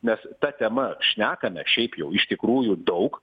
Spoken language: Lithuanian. nes ta tema šnekame šiaip jau iš tikrųjų daug